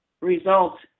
results